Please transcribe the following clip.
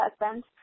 husband